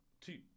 two